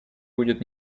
будет